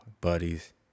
buddies